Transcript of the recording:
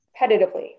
Repetitively